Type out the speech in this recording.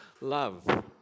love